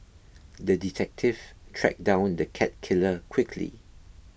the detective tracked down the cat killer quickly